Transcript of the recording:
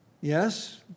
yes